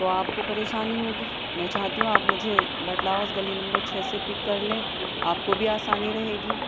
تو آپ کو پریشانی ہوگی میں چاہتی ہوں آپ مجھے بٹلہ ہاؤس گلی نمبر چھ سے پک کر لیں آپ کو بھی آسانی رہے گی